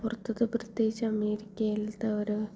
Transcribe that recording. പുറത്തത്തെ പ്രത്യേകിച്ച് അമേരിക്കയിലേത്തവർ